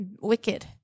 wicked